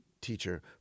teacher